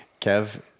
Kev